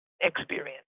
experience